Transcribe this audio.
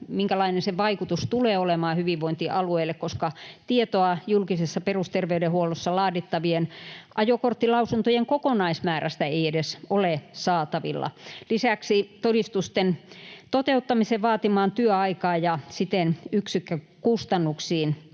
minkälainen se vaikutus tulee olemaan hyvinvointialueille, koska tietoa julkisessa perusterveydenhuollossa laadittavien ajokorttilausuntojen kokonaismäärästä ei edes ole saatavilla. Lisäksi todistusten toteuttamisen vaatimaan työaikaan ja siten yksikkökustannuksiin